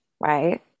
right